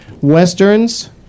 westerns